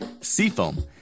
Seafoam